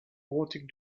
wanted